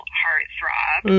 heartthrob